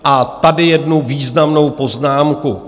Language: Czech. A tady jednu významnou poznámku.